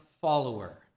follower